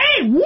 hey